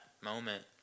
moment